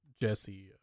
Jesse